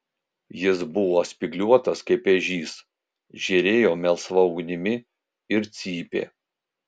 jis buvo spygliuotas kaip ežys žėrėjo melsva ugnimi ir cypė